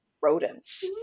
rodents